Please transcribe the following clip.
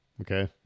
Okay